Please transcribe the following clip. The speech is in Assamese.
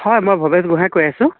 হয় মই ভৱেশ বুঢ়াগোহাঁয়ে কৈ আছোঁ